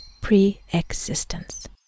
pre-existence